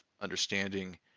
understanding